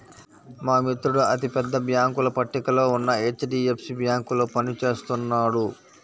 మా మిత్రుడు అతి పెద్ద బ్యేంకుల పట్టికలో ఉన్న హెచ్.డీ.ఎఫ్.సీ బ్యేంకులో పని చేస్తున్నాడు